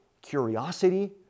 curiosity